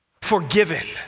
forgiven